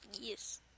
Yes